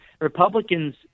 Republicans